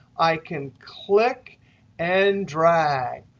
i can click and drag.